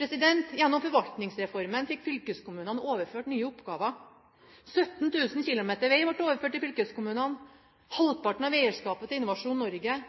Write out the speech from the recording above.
Gjennom forvaltningsreformen fikk fylkeskommunene overført nye oppgaver. 17 000 km vei ble overført til fylkeskommunene, halvparten av eierskapet til Innovasjon Norge,